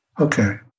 Okay